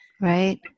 Right